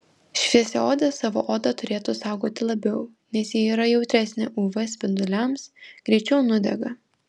šviesiaodės savo odą turėtų saugoti labiau nes ji yra jautresnė uv spinduliams greičiau nudega